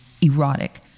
erotic